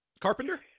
Carpenter